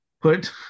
put